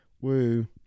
Woo